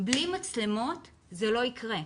בלי מצלמות זה לא יקרה.